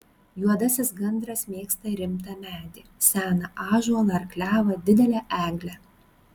juodasis gandras mėgsta rimtą medį seną ąžuolą ar klevą didelę eglę